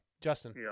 Justin